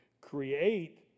create